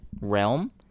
realm